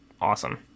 awesome